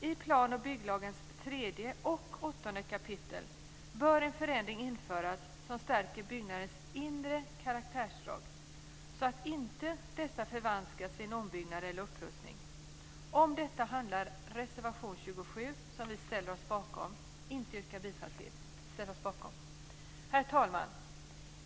I plan och bygglagens 3 och 8 kap. bör en förändring införas som stärker byggnadens inre karaktärsdrag så att inte dessa förvanskas vid en ombyggnad eller upprustning. Om detta handlar reservation 27 som vi ställer oss bakom - inte yrkar bifall till men ställer oss bakom. Herr talman!